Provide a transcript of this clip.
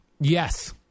Yes